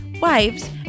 wives